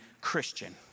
Christian